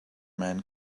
man